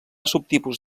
subtipus